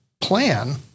plan